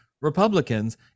Republicans